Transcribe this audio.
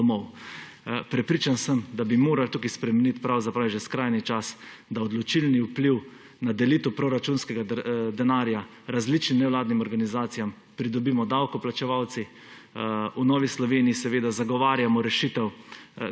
domov. Prepričan sem, da bi morali tukaj spremeniti, pravzaprav je že skrajni čas, da odločilni vpliv na delitev proračunskega denarja različnim nevladnim organizacijam pridobimo davkoplačevalci. V Novi Sloveniji zagovarjamo rešitev,